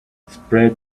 spread